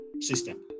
system